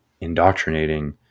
indoctrinating